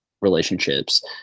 relationships